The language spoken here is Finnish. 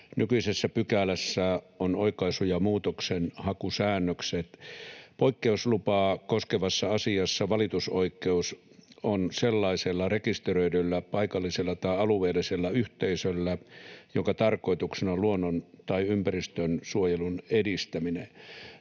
nykyisessä pykälässä on oikaisu- ja muutoksenhakusäännökset. Poikkeuslupaa koskevassa asiassa valitusoikeus on sellaisella rekisteröidyllä paikallisella tai alueellisella yhteisöllä, jonka tarkoituksena on luonnon- tai ympäristönsuojelun edistäminen.